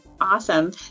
Awesome